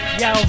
yo